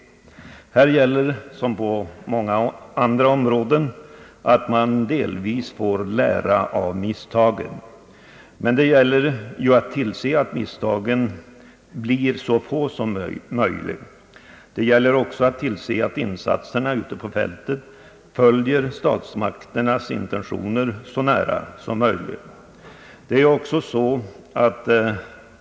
Här gäller som på många andra områden att man delvis får lära av misstagen. Men det gäller ju att tillse att misstagen blir så få som möjligt. Det gäller också att tillse att insatserna ute på fältet följer statsmakternas intentioner så nära som möjligt.